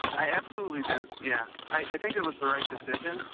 i absolutely do, yeah. i think it was the right decision.